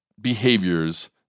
behaviors